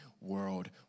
world